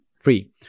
free